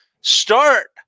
Start